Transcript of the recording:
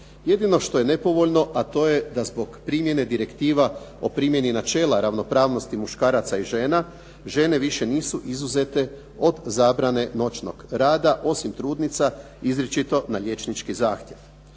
Jedino što je nepovoljno a to je da zbog primjene Direktiva o primjeni načela ravnopravnosti muškaraca i žena žene više nisu izuzete od zabrane noćnog rada osim trudnica izričito na liječnički zahtjev.